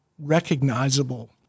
Recognizable